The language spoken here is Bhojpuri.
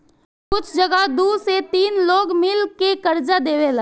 कुछ जगह दू से तीन लोग मिल के कर्जा देवेला